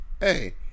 Hey